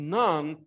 none